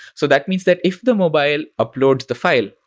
so that means that if the mobile uploads the file,